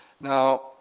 Now